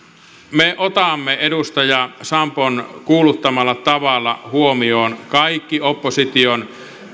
me otamme edustaja sampo terhon kuuluttamalla tavalla huomioon kaikki opposition